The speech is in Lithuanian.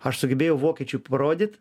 aš sugebėjau vokiečiui parodyt